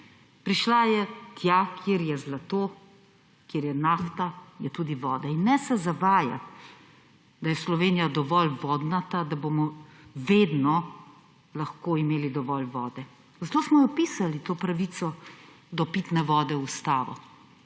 Prišla je tja, kjer je zlato, kjer je nafta, je tudi voda in ne se zavajati, da je Slovenija dovolj vodnata, da bomo vedno lahko imeli dovolj vode. Zato smo jo vpisali, to pravico do pitne vode, v Ustavo.